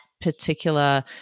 particular